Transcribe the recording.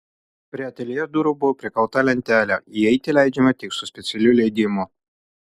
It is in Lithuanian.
prie ateljė durų buvo prikalta lentelė įeiti leidžiama tik su specialiu leidimu